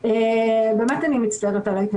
אני שומע את זה בכל שבוע.